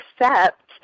accept